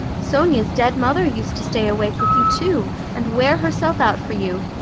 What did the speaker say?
sonia's dead mother used to stay awake with you too, and wear herself out for you.